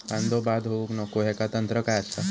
कांदो बाद होऊक नको ह्याका तंत्र काय असा?